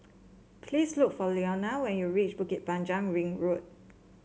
please look for Lenora when you reach Bukit Panjang Ring Road